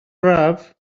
braf